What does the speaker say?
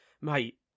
mate